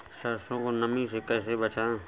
सरसो को नमी से कैसे बचाएं?